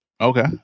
Okay